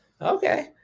okay